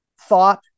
thought